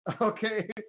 okay